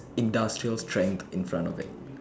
industrial strength in front of it